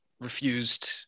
refused